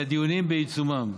כי הדיונים בעיצומם.